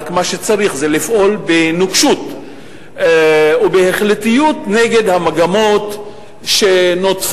רק מה שצריך זה לפעול בנוקשות ובהחלטיות נגד המגמות שנודפות,